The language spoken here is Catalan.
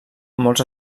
molts